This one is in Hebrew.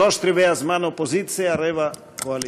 שלושת-רבעי הזמן אופוזיציה, רבע, קואליציה.